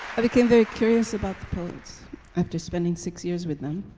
i became very curious about the poets after spending six years with them,